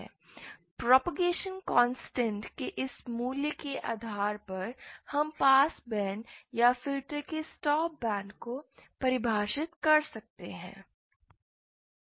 propagation constant के इस मूल्य के आधार पर हम पास बैंड या फिल्टर के स्टॉप बैंड को परिभाषित कर सकते हैं